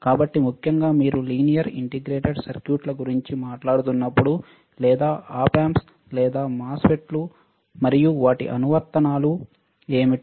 కాబట్టి ముఖ్యంగా మీరు లీనియర్ ఇంటిగ్రేటెడ్ సర్క్యూట్ల గురించి మాట్లాడుతున్నప్పుడు లేదా ఆప్ యాoప్ లేదా MOSFET లు మరియు వాటి అనువర్తనాలు అనువర్తనాలు ఏమిటి